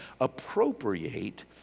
appropriate